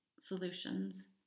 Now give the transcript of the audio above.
solutions